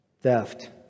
theft